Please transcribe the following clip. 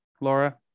Laura